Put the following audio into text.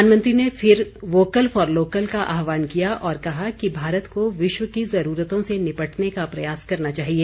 प्रधानमंत्री ने फिर वोकल फॉर लोकल का आह्वान किया और कहा कि भारत को विश्व की जरूरतों से निपटने का प्रयास करना चाहिए